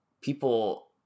people